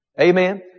Amen